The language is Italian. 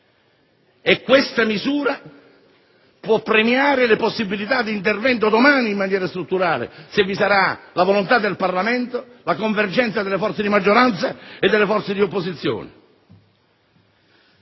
Questa misura può premiare le possibilità di intervento, domani in maniera strutturale, se vi sarà la volontà del Parlamento, la convergenza delle forze di maggioranza e di opposizione.